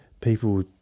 people